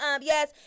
yes